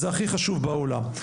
זה הכי חשוב בעולם.